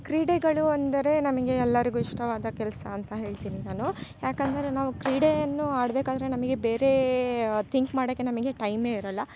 ಕ್ರೀಡೆಗಳು ಅಂದರೆ ನಮಗೆ ಎಲ್ಲರಿಗು ಇಷ್ಟವಾದ ಕೆಲಸ ಅಂತ ಹೇಳ್ತೀನಿ ನಾನು ಯಾಕಂದರೆ ನಾವು ಕ್ರೀಡೆಯನ್ನು ಆಡ್ಬೇಕಾದರೆ ನಮಗೆ ಬೇರೆ ತಿಂಕ್ ಮಾಡಕ್ಕೆ ನಮಗೆ ಟೈಮೇ ಇರಲ್ಲ